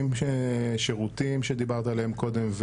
כל עניין השירותים שדיברת עליו קודם,